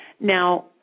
Now